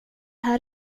här